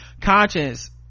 conscience